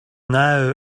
now